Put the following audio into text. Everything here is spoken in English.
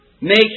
Make